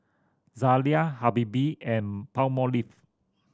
Zalia Habibie and Palmolive